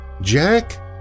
Jack